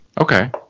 Okay